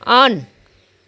on